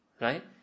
right